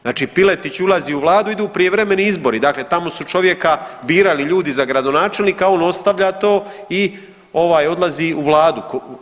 Znači Piletić ulazi u Vladu, idu prijevremeni izbori, dakle tamo su čovjeka birali ljudi za gradonačelnika, on ostavlja to i ovaj odlazi u Vladu.